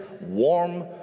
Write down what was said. warm